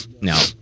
no